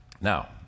Now